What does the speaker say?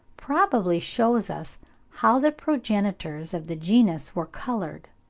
probably shews us how the progenitors of the genus were coloured.